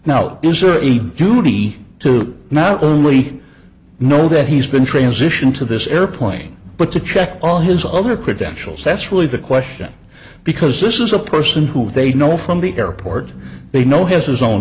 surrey duty to not only know that he's been transition to this airplane but to check all his other credentials that's really the question because this is a person who they know from the airport they know has his own